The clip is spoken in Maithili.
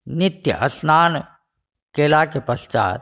नित्य स्न्नान केलाके पश्चात्